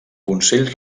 consell